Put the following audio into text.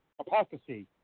Apostasy